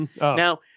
Now